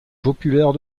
populaire